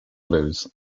blues